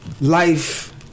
life